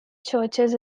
churches